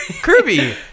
Kirby